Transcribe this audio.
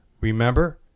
Remember